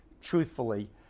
truthfully